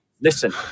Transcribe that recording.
Listen